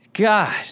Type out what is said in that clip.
God